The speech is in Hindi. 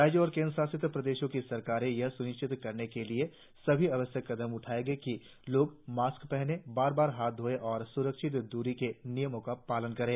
राज्य और केंद्रशासित प्रदेशों की सरकारें यह स्निश्चित करने के लिए सभी आवश्यक कदम उठाऐंगी कि लोग मास्क पहनें बार बार हाथ धोयें और स्रक्षित दूरी के नियमों का पालन करें